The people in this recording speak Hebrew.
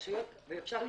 ואפשר להתאגד,